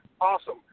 Awesome